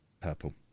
purple